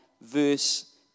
verse